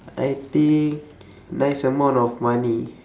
I think nice amount of money